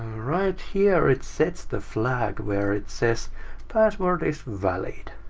right here it sets the flag where it says password is valid.